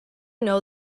know